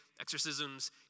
Exorcisms